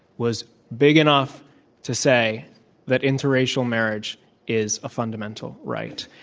was big enough to say that interracial marriage is a fundamental right.